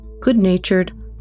good-natured